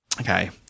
Okay